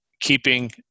keeping